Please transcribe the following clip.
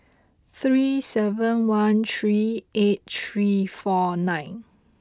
three seven one three eight three four nine